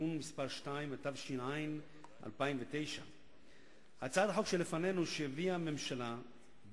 קיבלתי מה-OECD דיווח על המשלחת ואני גאה במשלחת